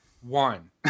one